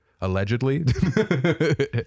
Allegedly